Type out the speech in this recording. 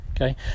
Okay